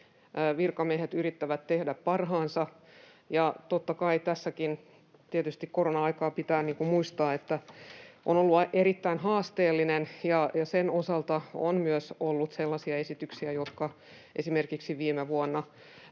virkamiehet yrittävät tehdä parhaansa, ja totta kai tässäkin tietysti pitää muistaa, että korona-aika on ollut erittäin haasteellinen ja sen osalta on ollut myös sellaisia esityksiä — esimerkiksi viime vuonna,